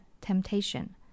temptation